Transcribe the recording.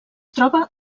troba